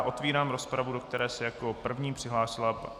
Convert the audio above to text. Otevírám rozpravu, do které se jako první přihlásila...